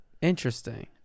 Interesting